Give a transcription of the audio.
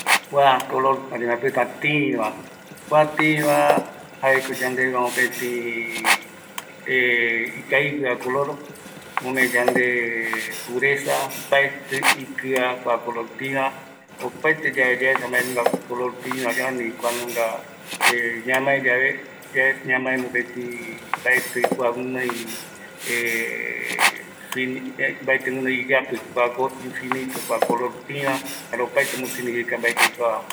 kua color ani maepïtä tïïva, kua Tïva jaeko yandevegua möpëtï ikavigueva color omee yande puresa, mbaeti ikia kua color tiiva, opaeteyaesa mbaenunga color tïvä yae, ñamae yave mbaetï kua guinoi mbaeti guinoi iyapï kua infinito, kua clor tiiva, jare opaete ombo significa mbae yaikuava.